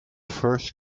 first